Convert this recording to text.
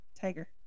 Tiger